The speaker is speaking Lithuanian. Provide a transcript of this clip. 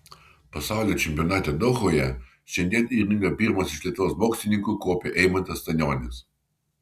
pasaulio čempionate dohoje šiandien į ringą pirmas iš lietuvos boksininkų kopė eimantas stanionis